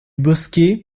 bosquet